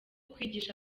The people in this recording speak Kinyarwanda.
kwigisha